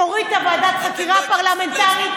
שתוריד את ועדת החקירה הפרלמנטרית,